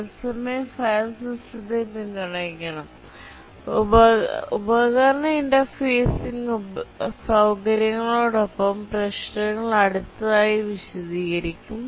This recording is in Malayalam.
തത്സമയ ഫയൽ സിസ്റ്റത്തെ പിന്തുണയ്ക്കണം ഉപകരണ ഇന്റർഫേസിംഗ് സൌകര്യങ്ങളോടൊപ്പം പ്രശ്നങ്ങൾ അടുത്തതായി വിശദീകരിക്കും